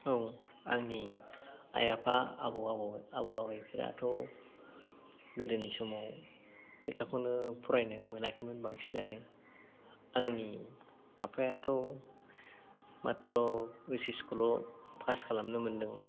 औ आंनि आइ आफा आबौ आबेफोराथ' गोदोनि समाव लेखाखौनो फरायनो मोनाखैमोन बांसिनानो आंनि आफायाथ' मात्र' एइचएसखौल' पास खालामनो मोन्दोंमोन